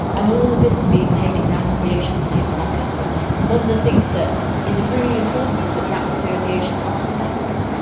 and all of this is being taken down into the ocean and given back up. and one of the things that is really important is that the atmosphere and the ocean aren't separate,